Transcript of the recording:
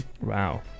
Wow